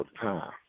time